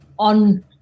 on